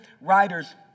writers